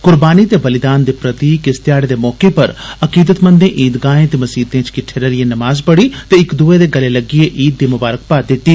कुर्बानी ते बलिदान दे प्रतीक इस ध्याड़े दे मौके पर अकीदतमंद इदगाहें ते मसीतें च किट्टे रलिए नमाज पढ़ी ते इक दुए दे गले लग्गिए ईद दी ममारक बी दिती